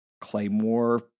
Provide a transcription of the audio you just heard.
Claymore